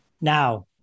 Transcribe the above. Now